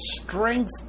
strength